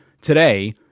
today